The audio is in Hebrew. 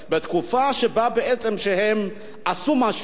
בתקופה שהם עשו משהו,